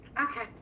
Okay